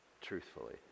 truthfully